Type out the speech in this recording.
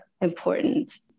important